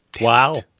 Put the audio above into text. Wow